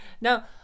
Now